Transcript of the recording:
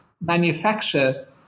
manufacture